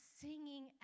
singing